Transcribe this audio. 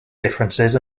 differences